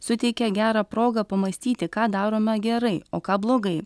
suteikia gerą progą pamąstyti ką darome gerai o ką blogai